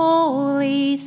Holy